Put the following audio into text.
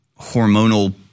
hormonal